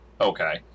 Okay